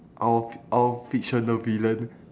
our f~ our fictional villain